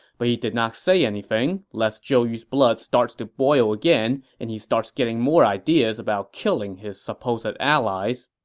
but he did not say anything, lest zhou yu's blood starts to boil again and he starts getting more ideas about killing his supposed allies